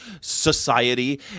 society